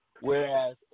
whereas